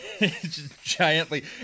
giantly